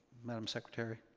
madame secretary?